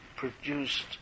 produced